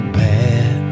bad